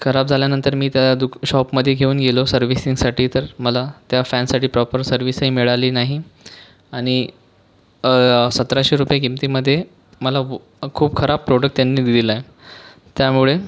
खराब झाल्यानंतर मी त्या दुक् शॉपमध्ये घेऊन गेलो सर्विसिंगसाठी तर मला त्या फॅनसाठी प्रॉपर सर्विसही मिळाली नाही आणि सतराशे रुपये किमतीमध्ये मला हा खूप खराब प्रोडक्ट त्यांनी दिला आहे त्यामुळे